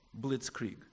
Blitzkrieg